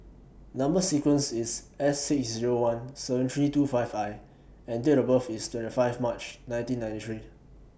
Number sequence IS S six Zero one seven three two five I and Date of birth IS twenty five March nineteen ninety three